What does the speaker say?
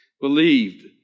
believed